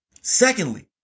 secondly